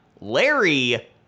Larry